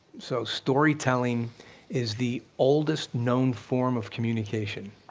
so storytelling is the oldest known form of communication,